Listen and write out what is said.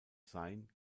sein